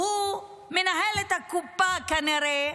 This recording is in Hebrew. שהוא גם כן מנהל את הקופה, כנראה,